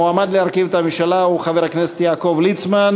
המועמד להרכיב את הממשלה הוא חבר הכנסת יעקב ליצמן.